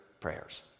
prayers